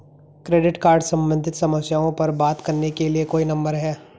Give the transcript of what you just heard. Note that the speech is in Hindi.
क्रेडिट कार्ड सम्बंधित समस्याओं पर बात करने के लिए कोई नंबर है?